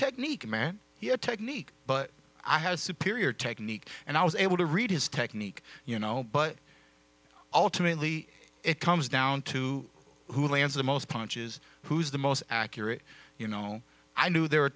technique man he a technique but i had a superior technique and i was able to read his technique you know but ultimately it comes down to who lands the most punches who's the most accurate you know i knew there